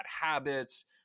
habits